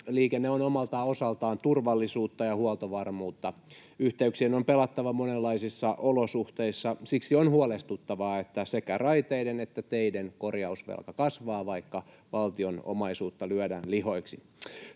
Liikenne on omalta osaltaan turvallisuutta ja huoltovarmuutta. Yhteyksien on pelattava monenlaisissa olosuhteissa. Siksi on huolestuttavaa, että sekä raiteiden että teiden korjausvelka kasvaa, vaikka valtion omaisuutta lyödään lihoiksi.